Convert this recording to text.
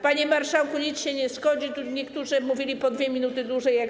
Panie marszałku, nic nie szkodzi, tu niektórzy mówili po dwie minuty dłużej, jakoś.